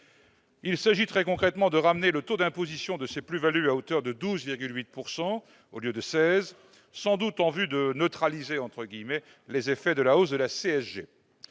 prévoit, très concrètement, de ramener le taux d'imposition de ces plus-values à hauteur de 12,8 % au lieu de 16 %, sans doute en vue de « neutraliser » les effets de la hausse de la CSG.